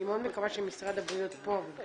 אני מאוד מקווה שמשרד הבריאות פה.